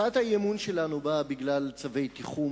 הצעת האי-אמון שלנו הוגשה בגלל צווי תיחום